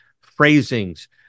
phrasings